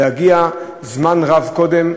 להגיע זמן רב קודם,